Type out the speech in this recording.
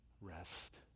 rest